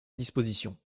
disposition